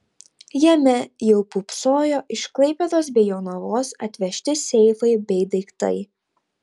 jame jau pūpsojo iš klaipėdos bei jonavos atvežti seifai bei daiktai